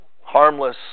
harmless